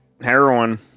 Heroin